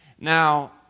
Now